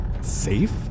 safe